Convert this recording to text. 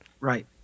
Right